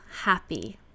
happy